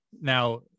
now